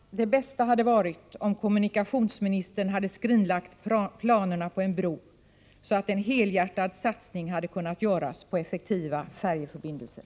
Det bästa hade varit om kommunikationsministern hade skrinlagt planerna på en bro så att en helhjärtad satsning hade kunnat göras på effektiva färjeförbindelser.